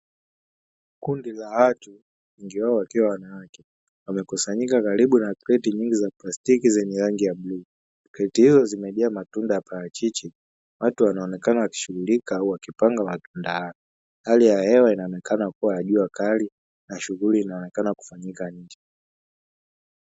Kundi la watu wengi wao wakiwa wanawake wamekusanyika karibu na kreti nyingi za plastiki zenye rangi ya bluu. Kreti hizo zimejaa matunda ya parachichi watu wanaonekana wakishughulika au wakipanga matunda hayo, hali ya hewa inaonekana kuwa ya jua kali na shughuli inaonekana kufanyika nje.